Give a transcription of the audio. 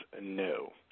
no